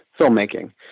filmmaking